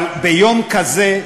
אבל ביום כזה,